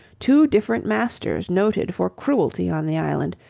two different masters noted for cruelty on the island,